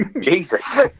Jesus